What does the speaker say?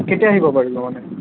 কেতিয়া আহিব বাৰু ল'বলৈ